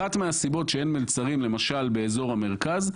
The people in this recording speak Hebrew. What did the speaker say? אחת מהסיבות שאין מלצרים למשל באזור המרכז,